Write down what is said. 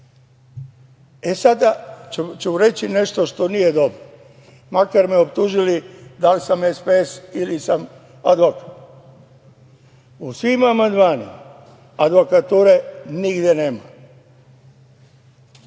dobro. Sada ću reći nešto što nije dobro, makar me optužili da li sam SPS ili sam advokat. U svim amandmanima advokature nigde nema,